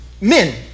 men